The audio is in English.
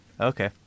Okay